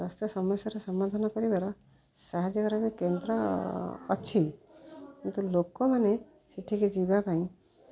ସ୍ୱାସ୍ଥ୍ୟ ସମସ୍ୟାର ସମାଧାନ କରିବାର ସାହାଯ୍ୟ କରିବା ପାଇଁ କେନ୍ଦ୍ର ଅଛି କିନ୍ତୁ ଲୋକମାନେ ସେଠିକି ଯିବା ପାଇଁ